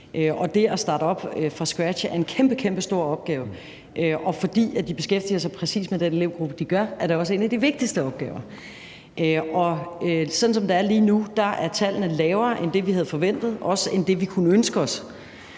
og det at starte op fra scratch er en kæmpe, kæmpe stor opgave, og fordi de beskæftiger sig præcis med den elevgruppe, de gør, er det også en af de vigtigste opgaver. Sådan som det er lige nu, er tallene lavere end det, vi havde forventet, og også end det, vi kunne ønske os,